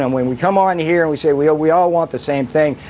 and when we come on here and we say we all we all want the same thing.